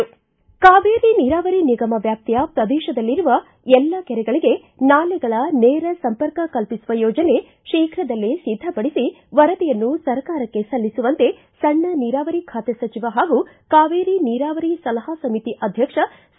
ಕಾವೇರಿ ನೀರಾವರಿ ನಿಗಮ ವ್ಯಾಪ್ತಿಯ ಪ್ರದೇಶದಲ್ಲಿರುವ ಎಲ್ಲಾ ಕೆರೆಗಳಿಗೆ ನಾಲೆಗಳ ನೇರ ಸಂಪರ್ಕ ಕಲ್ಪಿಸುವ ಯೋಜನೆ ಶೀಘ್ರದಲ್ಲೇ ಸಿದ್ಧ ಪಡಿಸಿ ವರದಿಯನ್ನು ಸರ್ಕಾರಕ್ಕೆ ಸಲ್ಲಿಸುವಂತೆ ಸಣ್ಣ ನೀರಾವರಿ ಖಾತೆ ಸಚಿವ ಹಾಗೂ ಕಾವೇರಿ ನೀರಾವರಿ ಸಲಹಾ ಸಮಿತಿ ಅಧ್ಯಕ್ಷ ಸಿ